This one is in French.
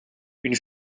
une